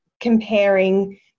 comparing